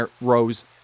rose